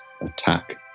attack